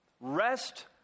Rest